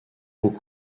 pour